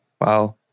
Wow